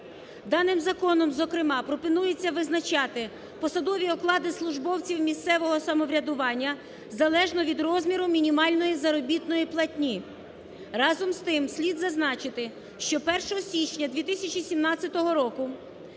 Даним законом зокрема пропонується визначати посадові оклади службовців місцевого самоврядування залежно від розміру мінімальної заробітної платні. Разом з тим, слід зазначити, що 1 січня 2017 року